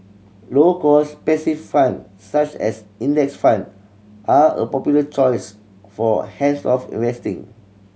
low cost passive fund such as index fund are a popular choice for hands off investing